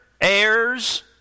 heirs